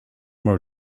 more